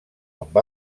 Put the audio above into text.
amb